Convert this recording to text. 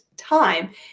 time